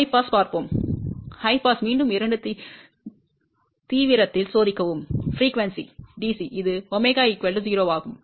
உயர் பாஸைப் பார்ப்போம் உயர் பாஸில் மீண்டும் இரண்டு தீவிரத்தில் சோதிக்கவும் அதிர்வெண்கள் DC இது ω 0 ஆகும்